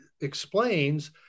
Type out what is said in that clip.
explains